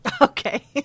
Okay